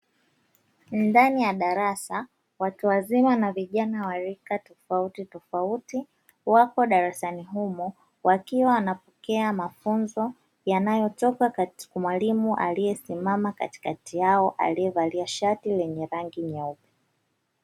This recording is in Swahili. Ndani ya darasa; watu wazima na vijana wa rika tofautitofauti, wako darasani humo, wakiwa wanapokea mafunzo yanayotoka kwa mwalimu aliyesimama katikati yao, aliyevalia shati lenye rangi nyeupe.